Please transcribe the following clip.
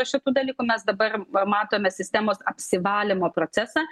šitų dalykų mes dabar ma matome sistemos apsivalymo procesą